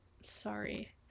sorry